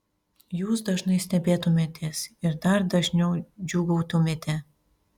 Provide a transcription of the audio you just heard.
jūs dažnai stebėtumėtės ir dar dažniau džiūgautumėte